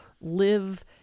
live